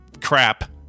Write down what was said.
crap